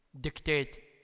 dictate